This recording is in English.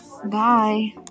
Bye